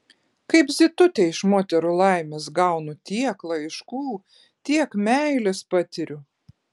kaip zitutė iš moterų laimės gaunu tiek laiškų tiek meilės patiriu